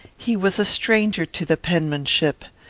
he was a stranger to the penmanship.